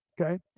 okay